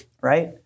right